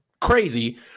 crazy